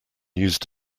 used